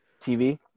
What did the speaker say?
TV